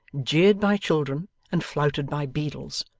jeered by children, and flouted by beadles!